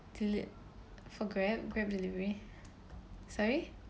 delete for Grab Grab delivery sorry